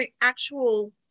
actual